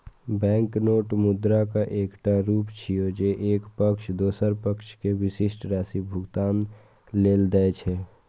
banknote मुद्राक एकटा रूप छियै, जे एक पक्ष दोसर पक्ष कें विशिष्ट राशि भुगतान लेल दै छै